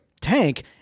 tank